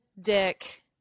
dick